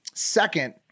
Second